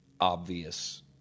obvious